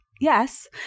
yes